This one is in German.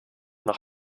noch